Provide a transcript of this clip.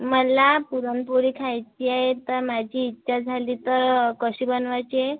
मला पुरणपोळी खायची आहे तर माझी इच्छा झाली तर कशी बनवायची आहे